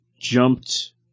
jumped